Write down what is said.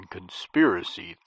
Conspiracy